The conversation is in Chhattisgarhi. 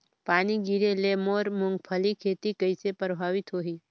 पानी गिरे ले मोर मुंगफली खेती कइसे प्रभावित होही?